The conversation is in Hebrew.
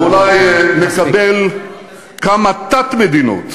אולי נקבל כמה תת-מדינות,